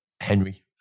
Henry